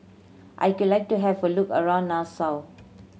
I could like to have a look around Nassau